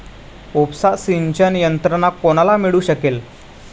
उपसा सिंचन यंत्रणा कोणाला मिळू शकेल?